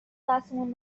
دستمون